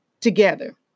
together